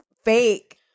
fake